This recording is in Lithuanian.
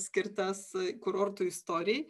skirtas kurortų istorijai